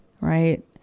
right